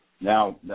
Now